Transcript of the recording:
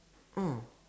oh